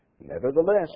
Nevertheless